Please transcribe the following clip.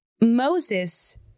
Moses